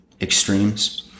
Extremes